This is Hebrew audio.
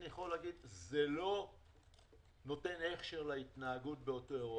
אני יכול להגיד שזה לא נותן הכשר להתנהגות באותו יום.